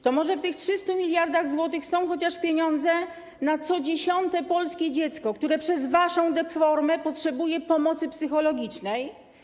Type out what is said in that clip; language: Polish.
To może w tych 300 mld zł są chociaż pieniądze na co dziesiąte polskie dziecko, które przez waszą deformę potrzebuje pomocy psychologicznej?